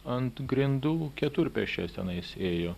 ant grindų keturpėsčias tenais ėjo